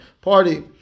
party